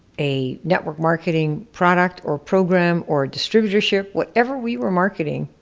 a network marketing product or program or distributorship, whatever we were marketing,